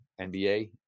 NBA